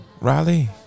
Riley